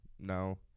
No